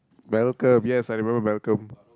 Malcolm yes I remember Malcolm